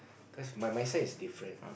cause my my son is different